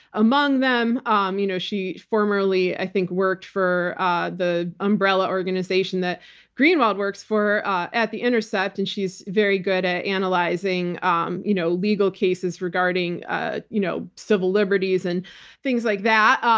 among them. them. um you know she formerly, i think, worked for the umbrella organization that greenwald works for ah at the intercept and she's very good at analyzing um you know legal cases regarding ah you know civil liberties and things like that.